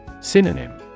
Synonym